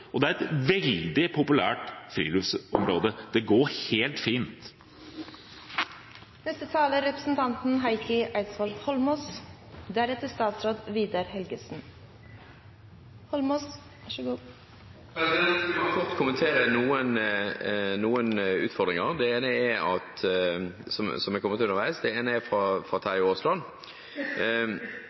og det er et veldig populært friluftsområde. Det går helt fint. Jeg skal bare kort kommentere noen utfordringer som er kommet underveis. Den ene er fra Terje Aasland.